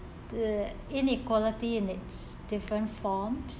the inequality in its different forms